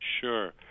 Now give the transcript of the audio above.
Sure